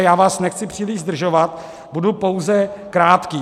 Já vás nechci příliš zdržovat, budu pouze krátký.